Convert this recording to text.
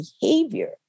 behavior